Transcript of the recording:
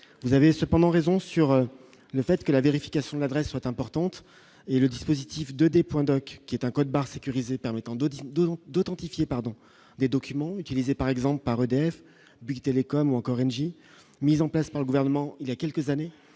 vous avez cependant raison sur le fait que la vérification de l'adresse soit importante et le dispositif 2 des points accueil qui est un code-barres sécurisé permettant d'audition 2 d'authentifier pardon des documents utilisés par exemple par EDF, Bouygues Telecom ou encore Engie mises en place par le gouvernement il y a quelques années,